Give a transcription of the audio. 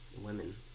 Women